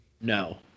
No